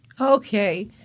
Okay